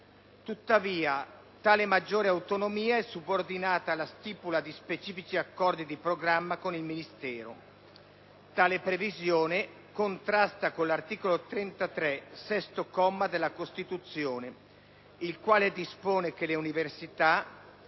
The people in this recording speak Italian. Tuttavia, tale maggiore autonomia è subordinata alla stipula di specifici accordi di programma con il Ministero. Tale previsione contrasta con l'articolo 33, sesto comma, della Costituzione, il quale dispone che le università